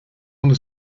donde